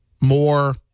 more